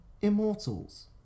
Immortals